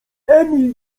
emil